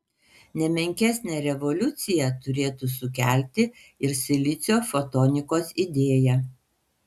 ne menkesnę revoliuciją turėtų sukelti ir silicio fotonikos idėja